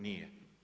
Nije.